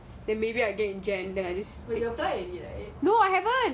no I haven't